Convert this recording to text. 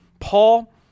Paul